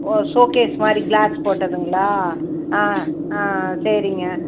ஓ showcase மாதிரி glass போட்டதுங்களா ஆ ஆ ஆ சரிங்க